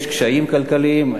יש קשיים כלכליים,